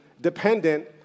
dependent